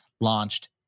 launched